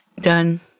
done